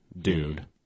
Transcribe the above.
Dude